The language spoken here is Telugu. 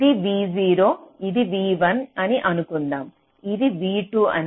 ఇది v0 ఇది v1 అని అనుకుందాం ఇది v2 అని